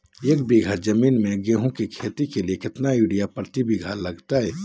एक बिघा जमीन में गेहूं के खेती के लिए कितना यूरिया प्रति बीघा लगतय?